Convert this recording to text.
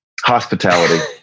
Hospitality